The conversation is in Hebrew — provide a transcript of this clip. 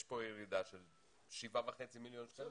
יש פה ירידה של 7.5 מיליון שקלים.